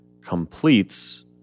completes